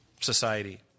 Society